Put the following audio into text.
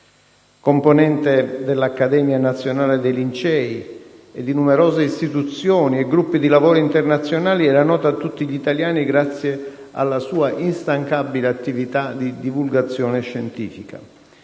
Componente dell'Accademia nazionale dei Lincei e di numerose istituzioni e gruppi di lavoro internazionali, era nota a tutti gli italiani grazie alla sua instancabile attività di divulgazione scientifica.